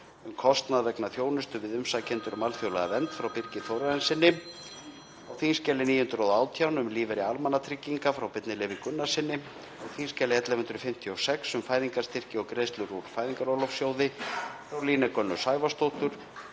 um kostnað vegna þjónustu við umsækjendur um alþjóðlega vernd, frá Birgi Þórarinssyni, á þskj. 918, um lífeyri almannatrygginga, frá Birni Leví Gunnarssyni, á þskj. 1156, um fæðingarstyrki og greiðslur úr Fæðingarorlofssjóði, frá Líneik Önnu Sævarsdóttur,